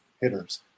hitters